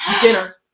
dinner